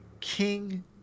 King